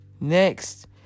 Next